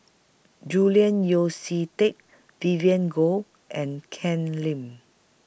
Julian Yeo See Teck Vivien Goh and Ken Lim